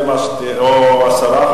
או הסרה,